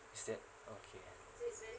is that okay